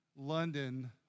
London